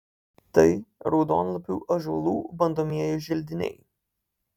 tai raudonlapių ąžuolų bandomieji želdiniai